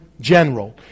General